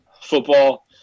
football